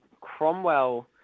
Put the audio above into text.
Cromwell